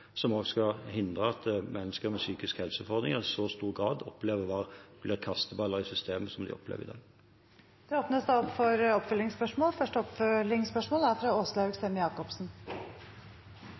som skal hindre at mennesker med psykiske helseutfordringer i så stor grad skal måtte oppleve å være kasteballer i systemet, som de gjør i dag. Det åpnes for oppfølgingsspørsmål – først Åslaug Sem-Jacobsen. Jeg er